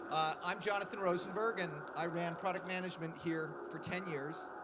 i'm jonathan rosenberg, and i ran product management here for ten years.